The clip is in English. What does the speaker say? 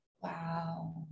Wow